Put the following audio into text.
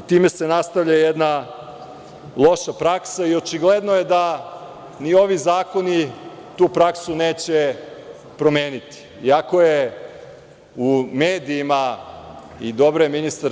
Time se nastavlja jedna loša praksa i očigledno je da ni ovi zakoni tu praksu neće promeniti, iako je u medijima, i dobro je ministar